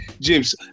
James